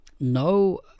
No